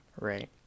right